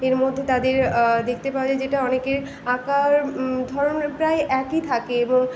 এর মধ্যে তাদের দেখতে পাওয়া যায় যেটা অনেকের আঁকার ধরন প্রায় একই থাকে এবং